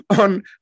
on